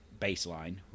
baseline